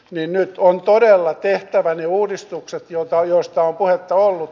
nyt on todella tehtävä ne uudistukset joista on puhetta ollut